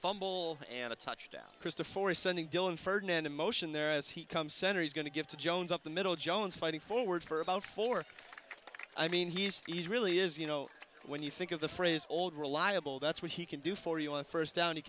fumble and a touchdown christopher is sending dillon ferdinand emotion there as he comes center he's going to give to jones up the middle jones fighting forward for about four i mean he's he's really is you know when you think of the phrase old reliable that's what he can do for you on a first down